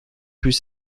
plus